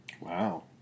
Wow